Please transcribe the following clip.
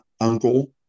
uncle